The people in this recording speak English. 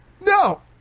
No